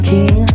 King